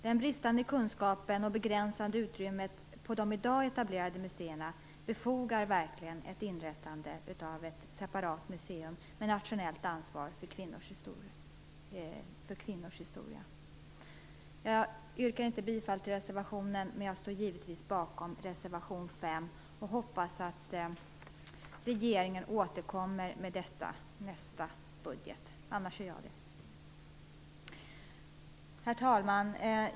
Den bristande kunskapen och det begränsade utrymmet på de i dag etablerade museerna talar för ett inrättande av ett separat museum med nationellt ansvar för kvinnors historia. Jag yrkar inte bifall till reservationen, men jag står givetvis bakom reservation 5, och hoppas att regeringen återkommer med detta i nästa budget, annars gör jag det. Herr talman!